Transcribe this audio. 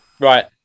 right